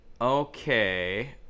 Okay